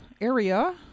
area